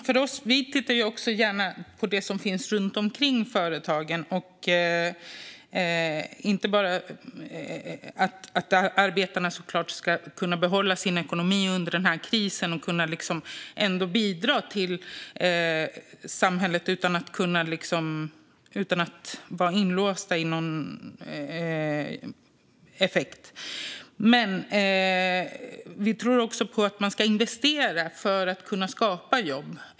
Fru talman! Vi tittar också gärna på det som finns runt omkring företagen. Arbetarna ska kunna behålla sin ekonomi under den här krisen och ändå bidra till samhället utan att vara inlåsta i någon effekt. Vi tror också på att man ska investera för att kunna skapa jobb.